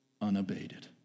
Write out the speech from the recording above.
unabated